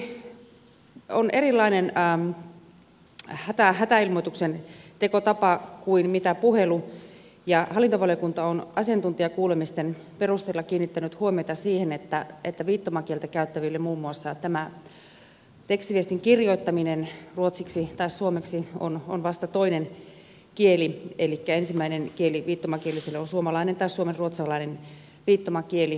hätäkeskustekstiviesti on erilainen hätäilmoituksen tekotapa kuin puhelu ja hallintovaliokunta on asiantuntijakuulemisten perusteella kiinnittänyt huomiota siihen että viittomakieltä käyttäville muun muassa tämä tekstiviestin kirjoittaminen ruotsiksi tai suomeksi on vasta toinen kieli elikkä ensimmäinen kieli viittomakielisille on suomalainen tai suomenruotsalainen viittomakieli